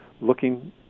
looking